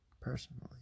personally